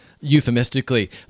euphemistically